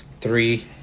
Three